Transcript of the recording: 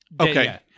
Okay